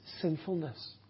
sinfulness